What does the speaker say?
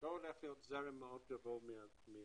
לא הולך להיות זרם מאוד גבוה מהקרן,